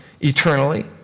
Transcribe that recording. eternally